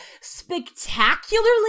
spectacularly